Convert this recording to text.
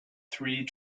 three